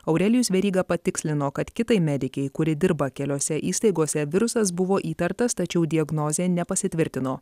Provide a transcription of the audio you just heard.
aurelijus veryga patikslino kad kitai medikei kuri dirba keliose įstaigose virusas buvo įtartas tačiau diagnozė nepasitvirtino